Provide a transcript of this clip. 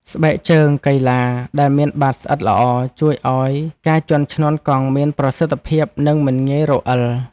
ស្បែកជើងកីឡាដែលមានបាតស្អិតល្អ ជួយឱ្យការជាន់ឈ្នាន់កង់មានប្រសិទ្ធភាព និងមិនងាយរអិល។